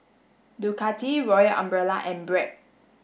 Ducati Royal Umbrella and Bragg